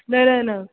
न न न